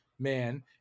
man